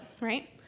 right